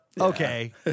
Okay